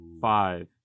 five